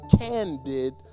candid